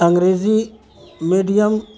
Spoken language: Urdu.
انگریزی میڈیم